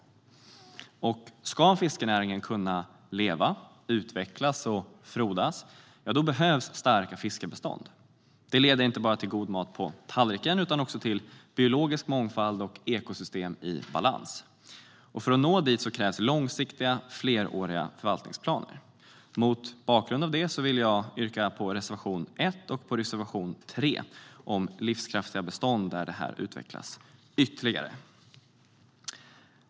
Ska fiskenäringen kunna leva, utvecklas och frodas behövs starka fiskebestånd. Det leder inte bara till god mat på tallriken utan också till biologisk mångfald och ekosystem i balans. För att nå dit krävs långsiktiga, fleråriga förvaltningsplaner. Mot bakgrund av detta vill jag yrka bifall till reservationerna 1 och 3 om livskraftiga bestånd där det här utvecklas ytterligare.